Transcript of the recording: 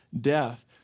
death